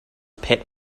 pet